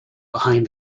behind